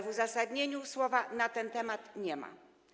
W uzasadnieniu słowa na ten temat nie ma.